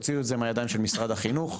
תוציאו את זה מהידיים של משרד החינוך,